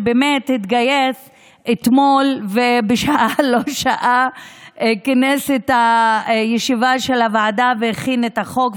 שהתגייס אתמול ובשעה-לא-שעה כינס את הישיבה של הוועדה והכין את החוק,